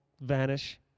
vanish